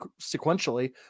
sequentially